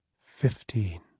fifteen